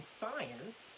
science